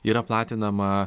yra platinama